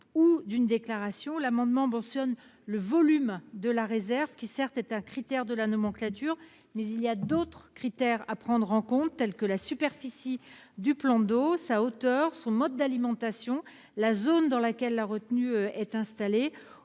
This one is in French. ou d'une déclaration. L'amendement mentionne le volume de la réserve, qui est certes un critère de la nomenclature, mais d'autres éléments doivent être pris en compte tels que la superficie du plan d'eau, sa hauteur, son mode d'alimentation ou encore la zone dans laquelle la retenue est installée.